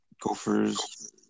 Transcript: gophers